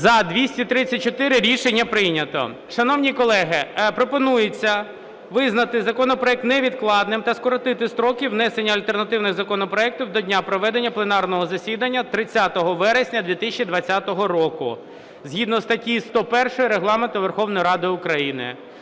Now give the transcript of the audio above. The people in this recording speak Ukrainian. За-234 Рішення прийнято. Шановні колеги, пропонується визнати законопроект невідкладним та скоротити строки внесення альтернативних законопроектів до дня проведення пленарного засідання 30 вересня 2020 року, згідно статті 101 Регламенту Верховної Ради.